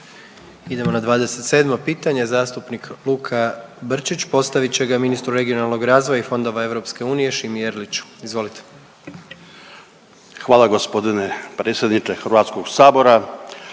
Idemo na 27. pitanje zastupnik Luka Brčić postavit će ga ministru regionalnog razvoja i fondova EU Šimi Erliću. Izvolite. **Brčić, Luka (HDZ)** Hvala gospodine predsjedniče Hrvatskog sabora,